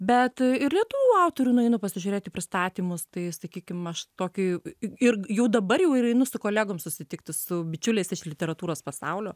bet a ir lietuvių autorių nueinu pasižiūrėti pristatymus tai sakykim aš tokį ir jau dabar jau ir einu su kolegom susitikti su bičiuliais iš literatūros pasaulio